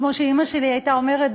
כמו שאימא שלי הייתה אומרת,